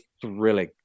thrilling